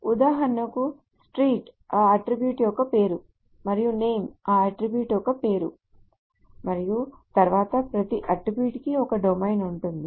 ఉదాహరణకు street ఆ attribute యొక్క పేరు మరియు name ఆ అట్ట్రిబ్యూట్ యొక్క పేరు మరియు తరువాత ప్రతి అట్ట్రిబ్యూట్ కి ఒక డొమైన్ ఉంటుంది